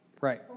right